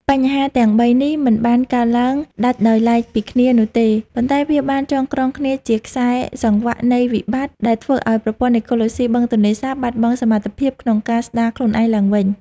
បញ្ហាទាំងបីនេះមិនបានកើតឡើងដាច់ដោយឡែកពីគ្នានោះទេ ប៉ុន្តែវាបានចងក្រងគ្នាជាខ្សែសង្វាក់នៃវិបត្តិ ដែលធ្វើឱ្យប្រព័ន្ធអេកូឡូស៊ីបឹងទន្លេសាបបាត់បង់សមត្ថភាពក្នុងការស្តារខ្លួនឯងឡើងវិញ។